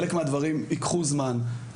חלק מהדברים ייקחו זמן.